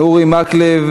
אורי מקלב,